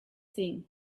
thing